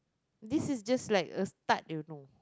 this is just like a start you know